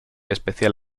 especial